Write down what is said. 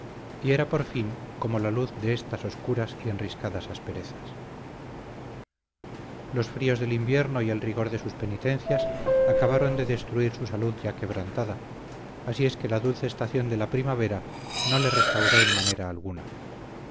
y era por fin como la luz de estas oscuras y enriscadas asperezas los fríos del invierno y el rigor de sus penitencias acabaron de destruir su salud ya quebrantada así es que la dulce estación de la primavera no le restauró en manera alguna